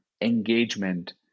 engagement